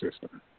system